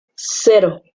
cero